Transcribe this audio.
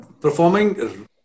performing